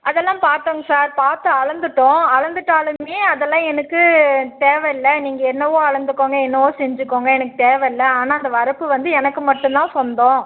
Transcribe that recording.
அதெல்லாம் பார்த்தோங்க சார் பார்த்து அளந்துவிட்டோம் அளந்துவிட்டாலுமே அதெல்லாம் எனக்கு தேவையில்ல நீங்கள் என்னவோ அளந்துக்கோங்க என்னவோ செஞ்சுக்கோங்க எனக்கு தேவையில்ல ஆனால் அந்த வரப்பு வந்து எனக்கு மட்டும் தான் சொந்தம்